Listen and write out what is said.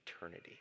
eternity